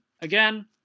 Again